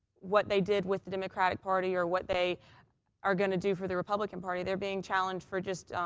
what they did with the democratic party or what they are going to do for the republican party. they're being challenged for just,